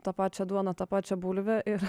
tą pačią duoną ta pačią bulvę ir